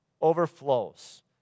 overflows